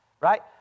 Right